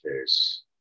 case